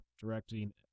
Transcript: directing